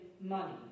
money